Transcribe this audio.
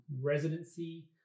residency